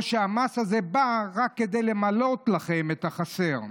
/ או שהמס הזה בא רק למלאות לכם את החסר?